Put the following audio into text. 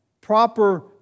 proper